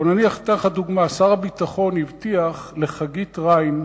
או נניח אני אתן לך דוגמה: שר הביטחון הבטיח לחגית ריין,